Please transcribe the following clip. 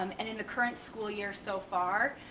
um and in the current school year so far,